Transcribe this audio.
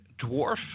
dwarf